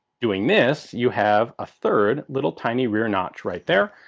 doing this, you have a third little tiny rear notch right there,